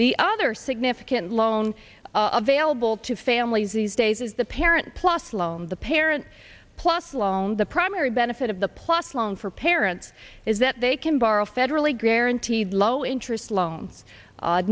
the other significant loan available to families these days is the parent plus loan the parent plus loan the primary benefit of the plus loan for parents is that they can borrow federally guaranteed low interest lo